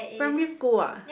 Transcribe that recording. primary school ah